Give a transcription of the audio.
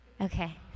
Okay